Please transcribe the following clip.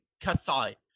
Kasai